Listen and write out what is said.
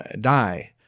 die